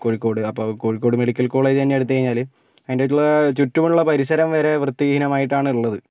കോഴിക്കോട് അപ്പോൾ Kozhikode medical college തന്നെ എടുത്ത് കഴിഞ്ഞാല് അതിൻ്റെ ഉള്ള ചുറ്റുമുള്ള പരിസരം വരെ വൃത്തിഹീനമായിട്ടാണ് ഉള്ളത്